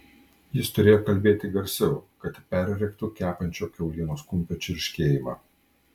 jis turėjo kalbėti garsiau kad perrėktų kepančio kiaulienos kumpio čirškėjimą